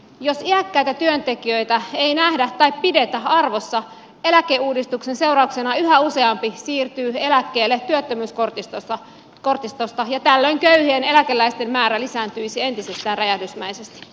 jos iäkkäitä työntekijöitä ei nähdä tai pidetä arvossa eläkeuudistuksen seurauksena yhä useampi siirtyy eläkkeelle työttömyyskortistosta ja tällöin köyhien eläkeläisten määrä lisääntyisi entisestään räjähdysmäisesti